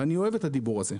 ואני אוהב את הדיבור הזה,